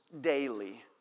daily